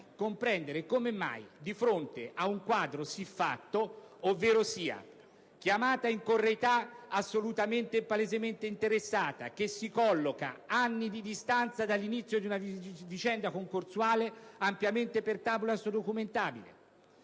comprendere come mai, di fronte ad un quadro siffatto, ovverosia chiamata in correità assolutamente e palesemente interessata, che si colloca ad anni di distanza dall'inizio di una vicenda concorsuale ampiamente documentabile